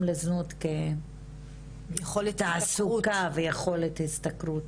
לזנות כיכולת תעסוקה ויכולת השתכרות.